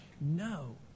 No